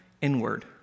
inward